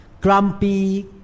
grumpy